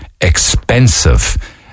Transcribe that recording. expensive